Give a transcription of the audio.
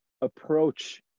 approach